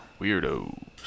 Weirdos